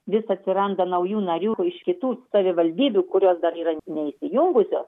vis atsiranda naujų narių iš kitų savivaldybių kurios dar yra neįsijungusios